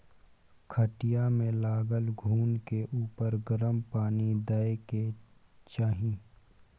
खटिया मे लागल घून के उपर गरम पानि दय के चाही